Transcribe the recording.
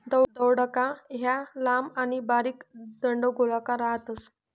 दौडका या लांब आणि बारीक दंडगोलाकार राहतस